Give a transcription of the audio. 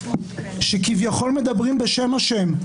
שכביכול מדברים בשם השם,